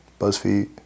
BuzzFeed